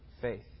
faith